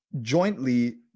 jointly